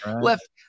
Left